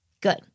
Good